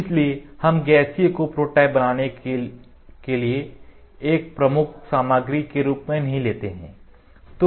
इसलिए हम इस गैसीय को प्रोटोटाइप बनाने के लिए एक प्रमुख प्रारंभिक सामग्री के रूप में नहीं लेते हैं